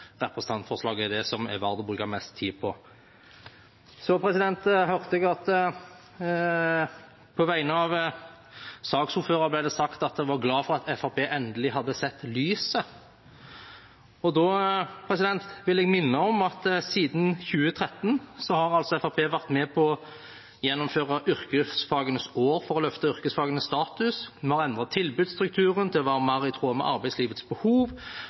er det som det er verdt å bruke mest tid på. Så hørte jeg at det på vegne av saksordføreren ble sagt at en var glad for at Fremskrittspartiet endelig hadde sett lyset. Da vil jeg minne om at Fremskrittspartiet siden 2013 altså har vært med på å gjennomføre yrkesfagenes år for å løfte yrkesfagenes status, vi har endret tilbudsstrukturen til å være mer i tråd med arbeidslivets behov,